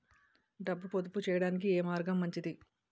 డబ్బు పొదుపు చేయటానికి ఏ మార్గం మంచిది?